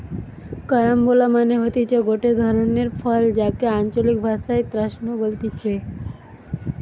carambola মানে হতিছে গটে ধরণের ফল যাকে আঞ্চলিক ভাষায় ক্রাঞ্চ বলতিছে